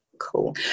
Cool